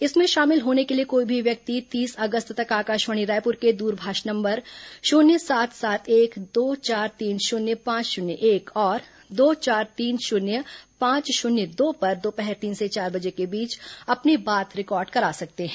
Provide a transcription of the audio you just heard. इसमें शामिल होने के लिए कोई भी व्यक्ति तीस अगस्त तक आकाशवाणी रायपुर के दूरभाष नम्बर शुन्य सात सात एक दो चार तीन शुन्य पांच शून्य एक और दो चार तीन शून्य पांच शून्य दो पर दोपहर तीन से चार बजे के बीच अपनी बात रिकॉर्ड करा सकते हैं